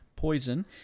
Poison